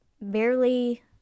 barely